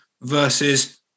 versus